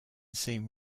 seem